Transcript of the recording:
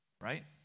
Right